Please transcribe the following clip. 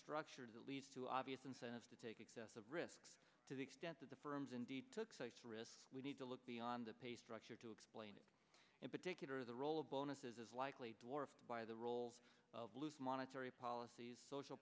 structure that leads to obvious incentives to take excessive risks to the extent that the firms indeed took a risk we need to look beyond the pay structure to explain in particular the role of bonuses is likely dwarfed by the role of loose monetary policies social